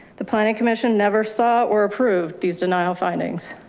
the planning commission never saw or approved these denial findings